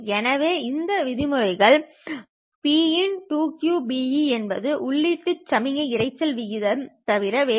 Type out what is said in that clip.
எனவே இந்த விதிமுறைகள் Pin2qBe என்பது உள்ளீட்டில் சமிக்ஞை இரைச்சல் விகிதம் தவிர வேறில்லை